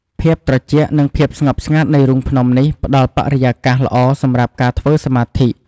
ភាពត្រជាក់ និងភាពស្ងប់ស្ងាត់នៃរូងភ្នំនេះផ្តល់បរិយាកាសល្អសម្រាប់ការធ្វើសមាធិ។